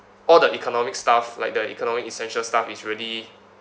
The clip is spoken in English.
all the economic stuff like the economic essential stuff is really